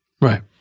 Right